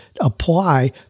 apply